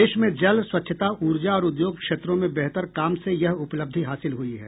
देश में जल स्वच्छता ऊर्जा और उद्योग क्षेत्रों में बेहतर काम से यह उपलब्धि हासिल हुई है